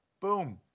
Boom